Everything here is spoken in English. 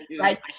Right